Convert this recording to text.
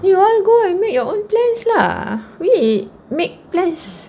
you all go and make your own plans lah we make plans